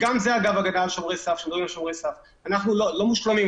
אנחנו לא מושלמים,